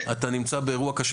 אתה נמצא באירוע קשה.